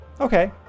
okay